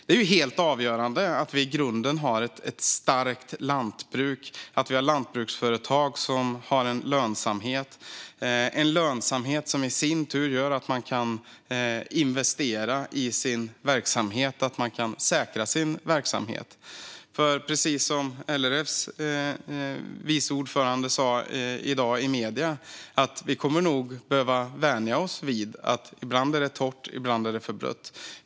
Det är ju helt avgörande att vi har ett starkt lantbruk och lantbruksföretag som har lönsamhet. Lönsamheten gör i sin tur att man kan investera i sin verksamhet och säkra sin verksamhet. Precis som LRF:s vice ordförande sa i medier i dag kommer vi nog att behöva vänja oss vid att det ibland är torrt och ibland är för blött.